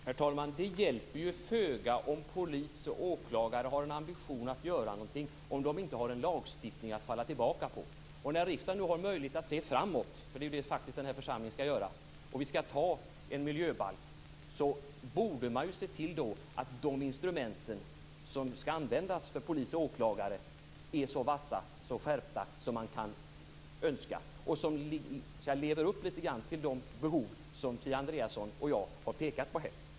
Herr talman! Det hjälper föga om polis och åklagare har en ambition att göra någonting om de inte har en lagstiftning att falla tillbaka på. När riksdagen nu har möjlighet att se framåt - det är faktiskt det som den här församlingen skall göra - och vi skall anta en miljöbalk, borde man se till att de instrument som skall användas av polis och åklagare är så vassa och skärpta som man kan önska och att de lever upp litet grand till de behov som Kia Andreasson och jag har pekat på här.